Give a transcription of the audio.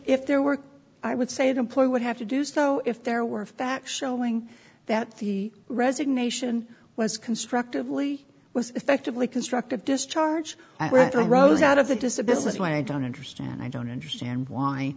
if there were i would say the employer would have to do so if there were that showing that the resignation was constructively was effectively constructive discharge rose out of the disability i don't understand i don't understand why